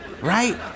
right